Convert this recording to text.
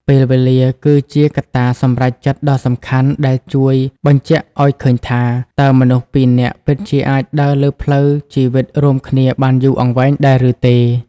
ពេលវេលាគឺជាកត្តាសម្រេចចិត្តដ៏សំខាន់ ដែលជួយបញ្ជាក់ឱ្យឃើញថា តើមនុស្សពីរនាក់ពិតជាអាចដើរលើផ្លូវជីវិតរួមគ្នាបានយូរអង្វែងដែរឬទេ។